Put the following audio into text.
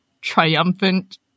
triumphant